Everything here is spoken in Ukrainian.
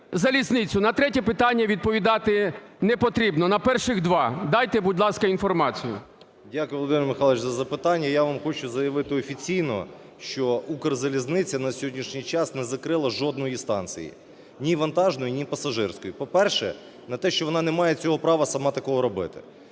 "Укрзалізницю". На третє питання відповідати не потрібно. На перших два дайте, будь ласка, інформацію. 10:47:43 ЛАВРЕНЮК Ю.Ф. Дякую, Володимире Михайловичу, за запитання. Я вам хочу заявити офіційно, що "Укрзалізниця" на сьогоднішній час не закрила жодної станції: ні вантажної, ні пасажирської. По-перше, ну те, що вона не має цього права сама такого робити.